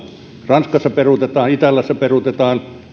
ranskassa peruutetaan italiassa peruutetaan